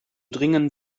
dringen